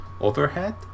overhead